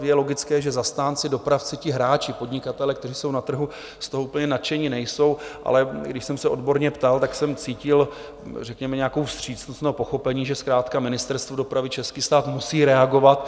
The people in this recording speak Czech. Je logické, že zastánci, dopravci, ti hráči, podnikatelé, kteří jsou na trhu, z toho úplně nadšení nejsou, ale když jsem se odborně ptal, tak jsem cítil řekněme nějakou vstřícnost nebo pochopení, že zkrátka Ministerstvo dopravy, český stát musí reagovat.